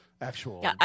actual